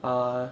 err